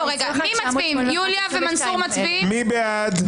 21,981 עד 22,000. מי בעד?